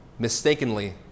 mistakenly